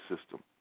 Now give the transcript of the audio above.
system